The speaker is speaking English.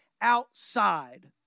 outside